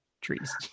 trees